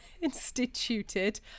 instituted